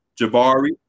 Jabari